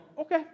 okay